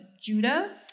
Judah